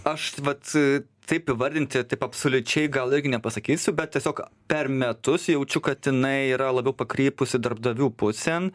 aš vat taip įvardinti taip absoliučiai gal irgi nepasakysiu bet tiesiog per metus jaučiu kad jinai yra labiau pakrypusi darbdavių pusėn